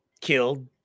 killed